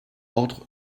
ordre